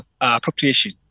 appropriation